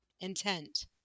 Intent